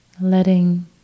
Letting